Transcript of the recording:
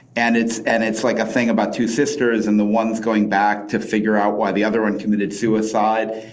and it's and it's like a thing about two sisters and the one's going back to figure out why the other one committed suicide.